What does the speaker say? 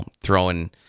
throwing